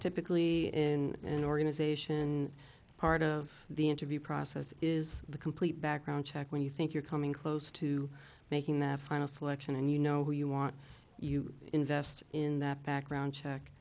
typically in an organization part of the interview process is the complete background check when you think you're coming close to making the final selection and you know you want you invest in that background check